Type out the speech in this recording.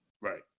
right